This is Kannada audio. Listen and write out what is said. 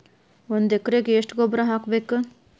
ಒಂದ್ ಎಕರೆಗೆ ಎಷ್ಟ ಗೊಬ್ಬರ ಹಾಕ್ಬೇಕ್?